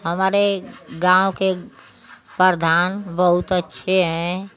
हमारे गाँव के प्रधान बहुत अच्छे हैं